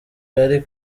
yari